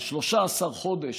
של 13 חודשים,